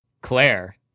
Claire